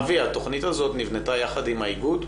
אבי, התוכנית הזו נבנתה יחד עם האיגוד?